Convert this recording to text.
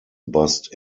buzzed